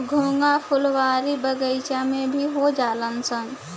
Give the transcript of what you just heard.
घोंघा फुलवारी बगइचा में भी हो जालनसन